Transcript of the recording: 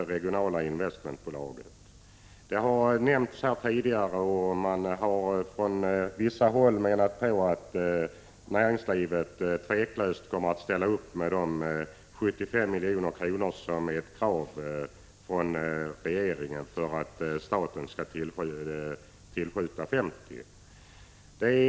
Det regionala investmentbolaget nämndes här tidigare, och vissa ansåg att näringslivet tveklöst kommer att ställa upp med de 75 milj.kr. som är ett krav från regeringen för att staten skall tillskjuta 50 milj.kr.